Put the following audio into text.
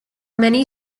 many